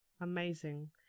Amazing